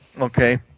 Okay